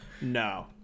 No